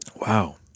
Wow